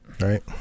Right